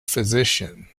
physician